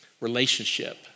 relationship